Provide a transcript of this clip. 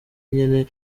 nyene